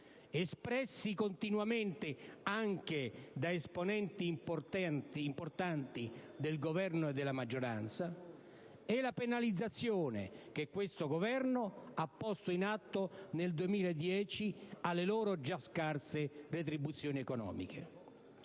espressi continuamente anche da esponenti importanti del Governo e della maggioranza, e la penalizzazione che questo Governo ha posto in atto nel 2010 alle loro già scarse retribuzioni.